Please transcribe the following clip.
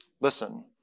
listen